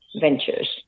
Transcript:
ventures